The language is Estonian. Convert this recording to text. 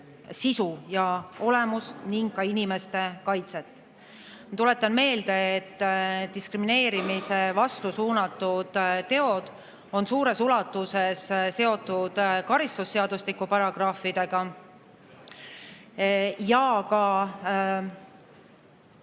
sisu ja olemust ning ka inimeste kaitset. Ma tuletan meelde, et diskrimineerimise vastu suunatud teod on suures ulatuses seotud karistusseadustiku paragrahvidega ja ka